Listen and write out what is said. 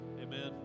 Amen